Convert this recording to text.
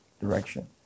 direction